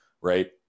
right